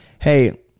hey